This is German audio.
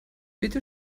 bitte